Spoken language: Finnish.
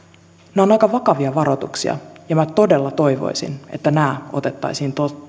nämä ovat aika vakavia varoituksia ja minä todella toivoisin että nämä otettaisiin